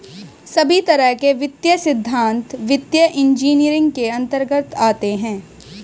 सभी तरह के वित्तीय सिद्धान्त वित्तीय इन्जीनियरिंग के अन्तर्गत आते हैं